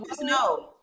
No